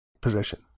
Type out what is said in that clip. position